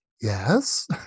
Yes